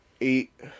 eight